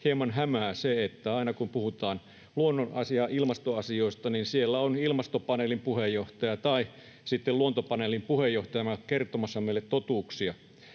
hieman hämää se, että aina kun puhutaan luonnon asiaa, ilmastoasioista, niin siellä on ilmastopaneelin puheenjohtaja tai sitten luontopaneelin puheenjohtaja kertomassa meille totuuksia.